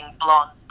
blonde